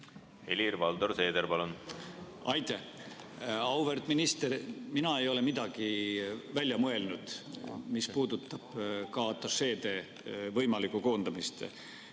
Helir-Valdor Seeder, palun! Auväärt minister! Mina ei ole midagi välja mõelnud, mis puudutab ka atašeede võimalikku koondamist.